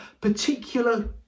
particular